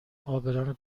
عابران